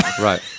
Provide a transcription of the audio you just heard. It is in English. Right